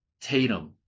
Tatum